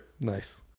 Nice